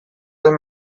den